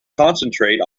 concentrate